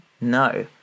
no